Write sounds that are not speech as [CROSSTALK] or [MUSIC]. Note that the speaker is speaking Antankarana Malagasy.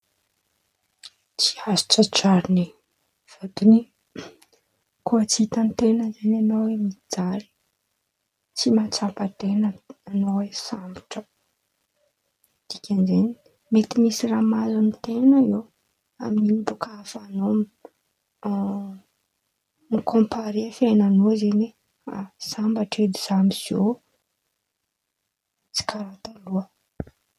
Tsy azo tratran̈y e, fôtiny kô tsy hitaten̈a zen̈y e an̈ao oe mijaly tsy matsapa ten̈a an̈ao oe sambatra dikanizeny mety raha mahazo an-ten̈a eo amininy bôka afahan̈ao [HESITATION] mikômpare fiain̈anao zen̈y sambatra edy amiziô tsy karàha taloha.